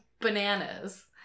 bananas